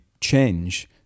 change